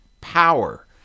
power